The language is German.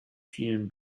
vielen